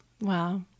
Wow